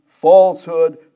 falsehood